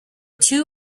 two